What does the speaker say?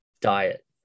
diet